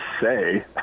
say